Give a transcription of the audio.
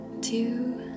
two